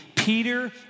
Peter